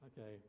okay